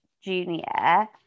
Junior